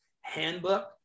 handbook